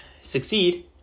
succeed